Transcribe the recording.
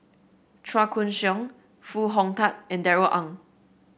Chua Koon Siong Foo Hong Tatt and Darrell Ang